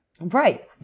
right